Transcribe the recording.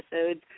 episodes